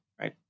right